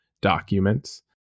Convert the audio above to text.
documents